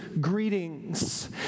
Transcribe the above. greetings